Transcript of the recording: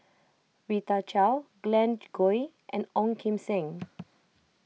Rita Chao Glen Goei and Ong Kim Seng